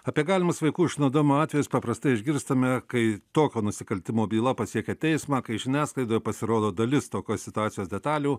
apie galimus vaikų išnaudojimo atvejus paprastai išgirstame kai tokio nusikaltimo byla pasiekia teismą kai žiniasklaidoj pasirodo dalis tokios situacijos detalių